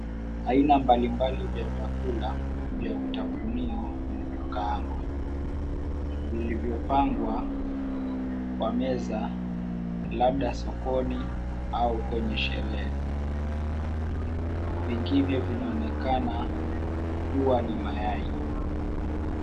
Aina mbalimbali vya vyakula vya kutafuniwa vilivyokaangwa. Vilivyopangwa kwa meza, labda sokoni au kwenye sherehe. Vingine vinaonekana kuwa ni mayai.